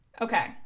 okay